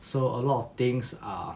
so a lot of things are